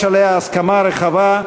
יש עליה הסכמה רחבה,